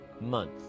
month